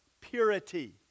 purity